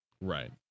Right